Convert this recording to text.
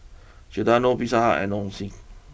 Giordano Pizza Hut and Nong Shim